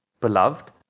beloved